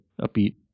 Upbeat